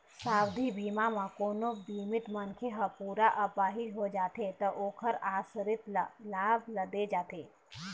सावधि बीमा म कोनो बीमित मनखे ह पूरा अपाहिज हो जाथे त ओखर आसरित ल लाभ ल दे जाथे